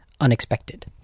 unexpected